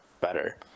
better